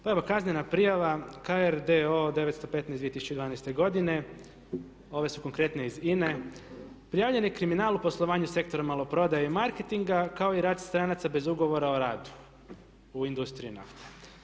Pa evo kaznena prijava … 915 2012. godine, ove su konkretne iz INA-e, prijavljen je kriminal u poslovanju sektora maloprodaje i marketinga kao i rad stranaca bez ugovora o radu, u industriji nafte.